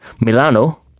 Milano